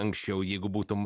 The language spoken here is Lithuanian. anksčiau jeigu būtum